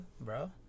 bro